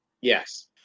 Yes